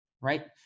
right